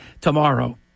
tomorrow